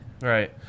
Right